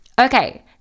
Okay